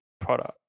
product